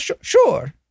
sure